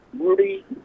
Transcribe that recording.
Rudy